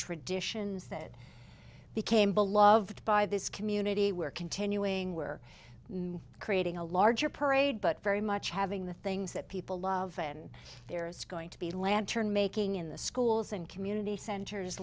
traditions that became beloved by this community we're continuing we're creating a larger parade but very much having the things that people love and there's going to be lantern making in the schools and community centers